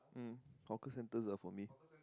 mm hawker centres are for me